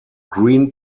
green